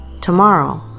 tomorrow